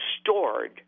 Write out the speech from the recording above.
stored